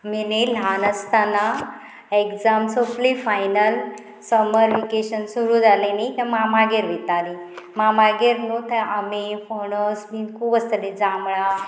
आमिनी ल्हान आसतना एग्जाम सोगली फायनल समर वेकेशन सुरू जालें न्ही तें मामागेर वतालीं मामागेर न्हू थंय आमी पणस बीन खूब आसताली जांबळां